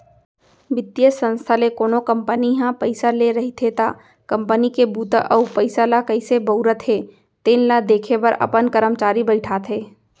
बित्तीय संस्था ले कोनो कंपनी ह पइसा ले रहिथे त कंपनी के बूता अउ पइसा ल कइसे बउरत हे तेन ल देखे बर अपन करमचारी बइठाथे